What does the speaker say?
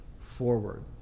Forward